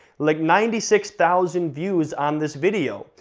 like ninety six thousand views on this video,